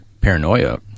paranoia